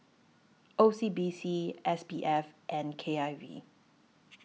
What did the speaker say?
O C B C S P F and K I V